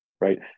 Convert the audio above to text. right